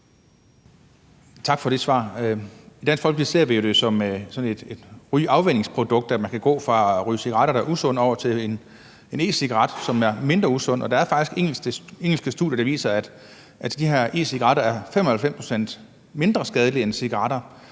Tak for det svar. I Dansk Folkeparti ser vi det jo som sådan et rygeafvænningsprodukt, altså at man kan gå fra at ryge cigaretter, der er usunde, over til en e-cigaret, som er mindre usund, og der er faktisk engelske studier, der viser, at de her e-cigaretter er 95 pct. mindre skadelige end cigaretter.